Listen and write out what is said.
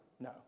No